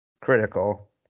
critical